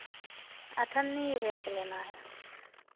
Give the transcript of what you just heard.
अठन्नी भेर का लेना है